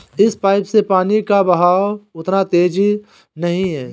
इस पाइप से पानी का बहाव उतना तेज नही है